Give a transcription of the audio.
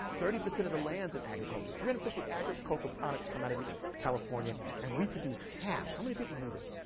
thirty percent of the land's in agriculture. three hundred and fifty agricultural products come out of california, and we produce half, how many people knew this?